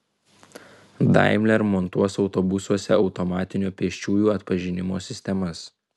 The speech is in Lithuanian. daimler montuos autobusuose automatinio pėsčiųjų atpažinimo sistemas